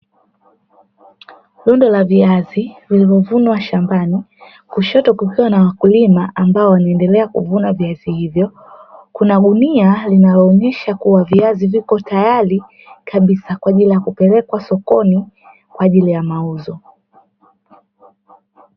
Rundo la viazi vilivyovunwa shambani, kushoto kukiwa na wakulima ambao wanaendelea kuvuna viazi hivyo, kuna gunia linaloonyesha kuwa viazi vipo tayari kabisa kwa ajili ya kupelekwa sokoni kwa ajili ya mauzo.